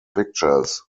pictures